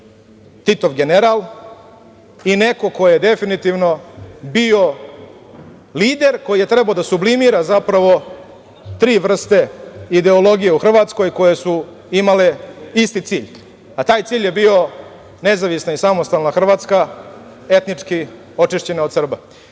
Titov general i neko ko je definitivno bio lider, koji je trebao da sublimira zapravo tri vrste ideologije u Hrvatskoj koje su imale isti cilj, a taj cilj je bio nezavisna i samostalna Hrvatska, etnički očišćena od Srba.